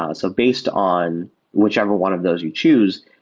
ah so based on whichever one of those you choose,